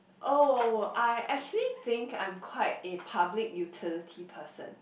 oh I actually think I am quite a public utility person